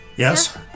Yes